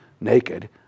naked